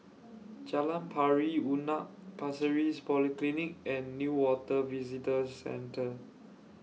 Jalan Pari Unak Pasir Ris Polyclinic and Newater Visitor Centre